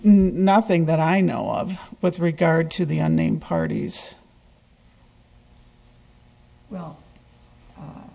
nothing that i know of with regard to the unnamed parties we